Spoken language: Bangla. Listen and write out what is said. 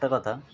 একটা কথা